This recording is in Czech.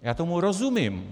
Já tomu rozumím.